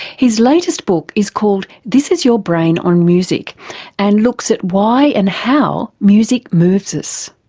his latest book is called this is your brain on music and looks at why and how music moves us.